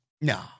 No